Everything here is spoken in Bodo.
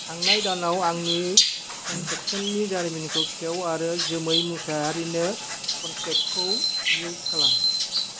थांनाय दानाव आंनि ट्रेन्जेक्सननि जारिमिनखौ खेव आरो जोमै मुसाहारि कनटेक्टखौ मिउट खालाम